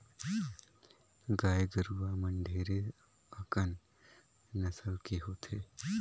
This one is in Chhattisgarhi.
गाय गरुवा मन ढेरे अकन नसल के होथे